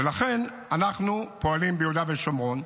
ולכן אנחנו פועלים ביהודה ושומרון.